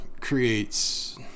creates